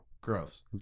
Gross